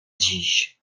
dziś